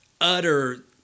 utter